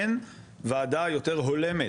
אין ועדה יותר הולמת,